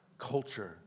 culture